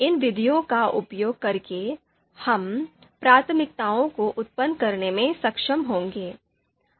इन विधियों का उपयोग करके हम प्राथमिकताओं को उत्पन्न करने में सक्षम होंगे